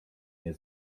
nie